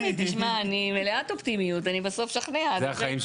אני מלאת אופטימיות, אני בסוף אשכנע.